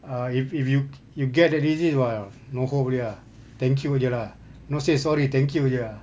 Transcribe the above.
uh if if you you get the disease !wah! no hope already ah thank you jer lah no say sorry thank you jer ah